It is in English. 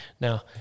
Now